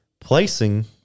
placing